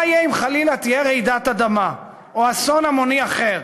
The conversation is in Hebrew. מה יהיה אם חלילה תהיה רעידת אדמה או יקרה אסון המוני אחר?